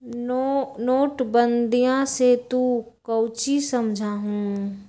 नोटबंदीया से तू काउची समझा हुँ?